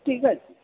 ঠিক আছে